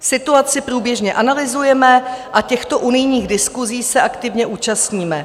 Situaci průběžně analyzujeme a těchto unijních diskusí se aktivně účastníme.